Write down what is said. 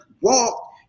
walk